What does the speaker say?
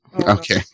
Okay